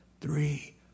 three